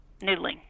noodling